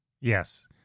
Yes